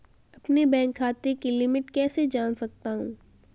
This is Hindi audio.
अपने बैंक खाते की लिमिट कैसे जान सकता हूं?